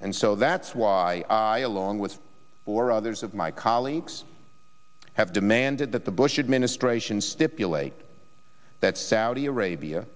and so that's why i along with four others of my colleagues have demanded that the bush administration stipulate that saudi arabia